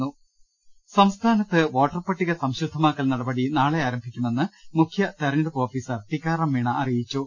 ്്്്്്് സംസ്ഥാനത്ത് വോട്ടർപട്ടിക സംശുദ്ധമാക്കൽ നടപടി നാളെ ആരംഭി ക്കുമെന്ന് മുഖ്യ തെരഞ്ഞെടുപ്പ് ഓഫീസർ ടീക്കാറാം മീണ അറിയിച്ചു